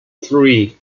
three